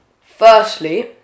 Firstly